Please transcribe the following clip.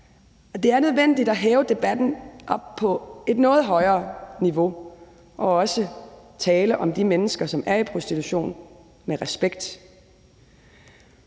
Det er nødvendigt at hæve debatten op på et noget højere niveau og også tale om de mennesker, som er i prostitution, med respekt.